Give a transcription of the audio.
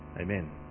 Amen